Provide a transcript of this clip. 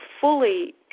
fully